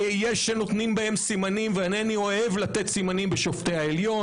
יש שנותנים בהם סימנים ואינני אוהב לתת סימנים בשופטי העליון,